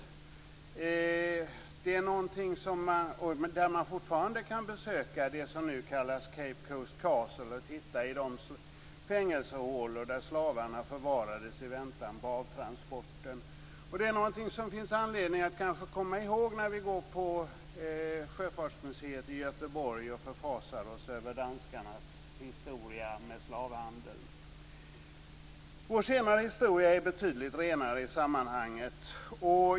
Den kan man fortfarande besöka, det kallas nu Cape Coast Castle, och titta i de fängelsehålor där slavarna förvarades i väntan på transporten. Det är någonting som det kanske finns anledning att komma ihåg när vi går på Sjöfartsmuseet i Göteborg och förfasar oss över danskarnas historia med slavhandel. Vår senare historia är betydligt renare i sammanhanget.